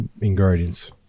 ingredients